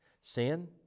Sin